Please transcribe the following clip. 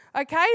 Okay